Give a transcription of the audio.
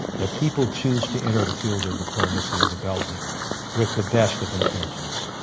that people choose to enter the field of diplomacy and development with the best of intentions.